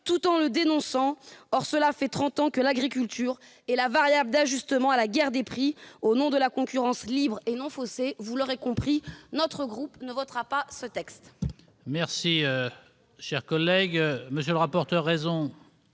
tout en le dénonçant ! Or cela fait trente ans que l'agriculture est la variable d'ajustement de la guerre des prix, au nom de la concurrence libre et non faussée. Vous l'aurez compris, notre groupe ne votera pas ce texte.